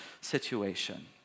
situation